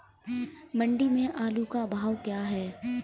मंडी में आलू का भाव क्या है?